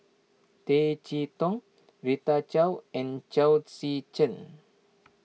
Tay Chee Toh Rita Chao and Chao Tzee Cheng